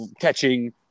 catching